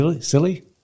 silly